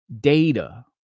data